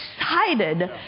excited